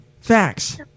Facts